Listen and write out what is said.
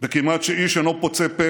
וכמעט שאיש אינו פוצה פה